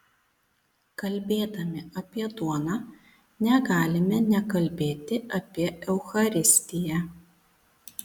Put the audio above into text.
kalbėdami apie duoną negalime nekalbėti apie eucharistiją